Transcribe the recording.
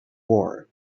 war